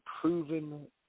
proven